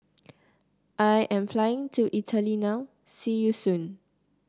I am flying to Italy now see you soon